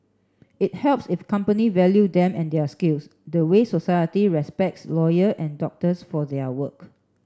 it helps if company value them and their skills the way society respects lawyer and doctors for their work